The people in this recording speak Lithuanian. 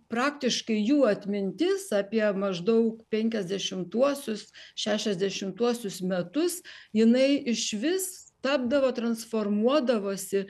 praktiškai jų atmintis apie maždaug penkiasdešimtuosius šešiasdešimtuosius metus jinai išvis tapdavo transformuodavosi